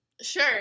Sure